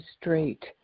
straight